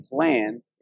plan